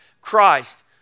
Christ